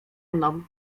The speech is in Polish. mną